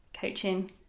coaching